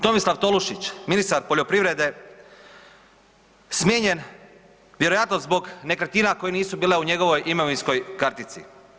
Tomislav Tolušić ministar poljoprivrede smijenjen vjerojatno zbog nekretnina koje nisu bile u njegovoj imovinskoj kartici.